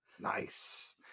Nice